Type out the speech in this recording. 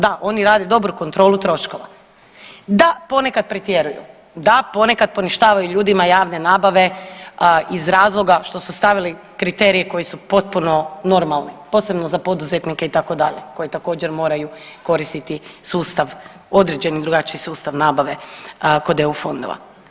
Da, oni rade dobru kontrolu troškova, da ponekad pretjeruju, da ponekad poništavaju ljudima javne nabave iz razloga što su stavili kriterije koji su potpuno normalni, posebno za poduzetnike itd. koji također moraju koristiti sustav, određeni drugačiji sustav nabave kod EU fondova.